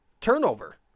turnover